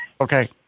Okay